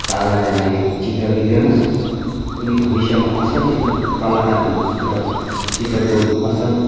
काला गर्नाले चित्र बिग्रनसक्छ उनी भविष्यमा असल चित्र कलाकार हुन चित्र चित्र कोर्न असल